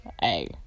Hey